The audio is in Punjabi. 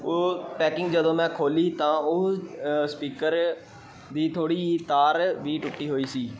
ਉਹ ਪੈਕਿੰਗ ਜਦੋਂ ਮੈਂ ਖੋਲ੍ਹੀ ਤਾਂ ਉਹ ਸਪੀਕਰ ਦੀ ਥੋੜ੍ਹੀ ਜਿਹੀ ਤਾਰ ਵੀ ਟੁੱਟੀ ਹੋਈ ਸੀ